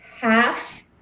half